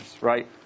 right